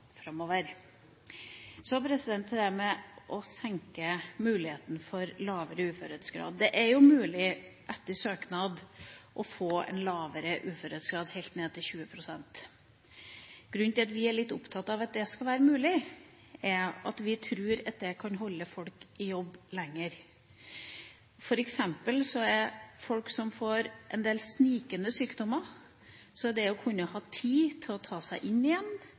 framover. Så til det med å senke muligheten for lavere uførhetsgrad. Det er jo mulig, etter søknad, å få en lavere uførhetsgrad – helt ned til 20 pst. Grunnen til at vi er litt opptatt av at det skal være mulig, er at vi tror det kan holde folk i jobb lenger. For eksempel for en del folk som får snikende sykdommer, kan det å kunne ha tid til å ta seg inn igjen,